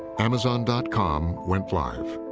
amazon dot com went live.